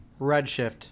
Redshift